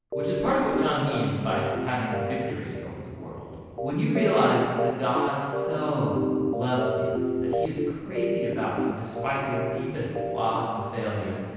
which is part of what john means by having victory over the world. when you realize that god so loves you that he is crazy about you despite your deepest flaws and failures,